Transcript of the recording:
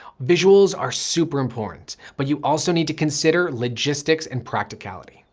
visuals are super important, but you also need to consider logistics and practicality.